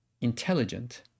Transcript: intelligent